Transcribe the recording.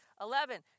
Eleven